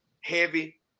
heavy